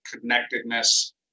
connectedness